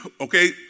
okay